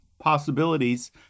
possibilities